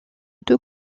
deux